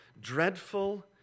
dreadful